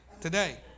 today